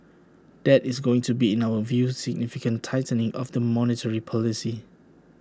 that is going to be in our view significant tightening of the monetary policy